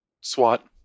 SWAT